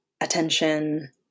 attention